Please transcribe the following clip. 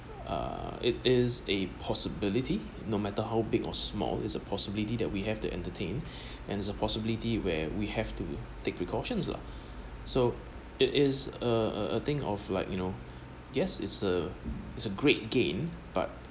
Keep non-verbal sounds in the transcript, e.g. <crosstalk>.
uh it is a possibility no matter how big or small is a possibility that we have to entertain <breath> and is a possibility where we have to take precautions lah <breath> so it is a a a thing of like you know guess it's a it's a great gain but